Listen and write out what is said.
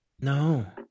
No